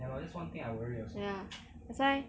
ya that's why